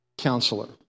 Counselor